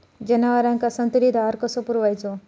जनावरांका संतुलित आहार कसो पुरवायचो?